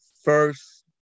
First